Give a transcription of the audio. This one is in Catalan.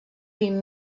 vint